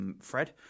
Fred